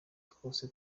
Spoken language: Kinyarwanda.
twose